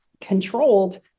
controlled